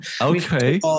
Okay